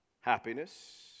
happiness